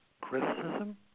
criticism